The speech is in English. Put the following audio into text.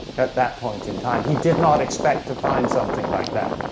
at that point in time, he did not expect to find something like that.